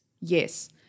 Yes